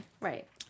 Right